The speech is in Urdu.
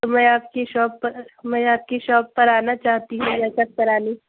میں آپ کی شاپ پر میں آپ کی شاپ پر آنا چاہتی ہوں یہ سب کرانے